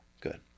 good